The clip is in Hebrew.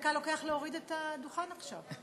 דקה לוקח רק להוריד את הדוכן עכשיו.